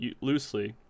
loosely